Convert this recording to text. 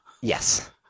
Yes